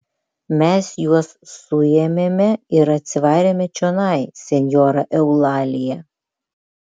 mes juos suėmėme ir atsivarėme čionai senjora eulalija